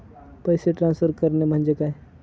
पैसे ट्रान्सफर करणे म्हणजे काय?